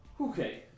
Okay